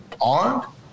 armed